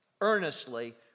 earnestly